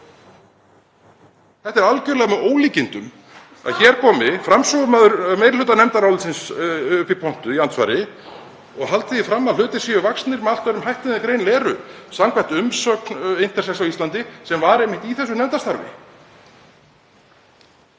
Það er algerlega með ólíkindum að hér komi framsögumaður meiri hluta nefndarálitsins upp í pontu í andsvari og haldi því fram að hlutir séu vaxnir með allt öðrum hætti en þeir eru greinilega samkvæmt umsögn Intersex Íslands, sem var einmitt í þessu nefndarstarfi.